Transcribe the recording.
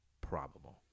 probable